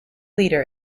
leader